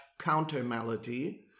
countermelody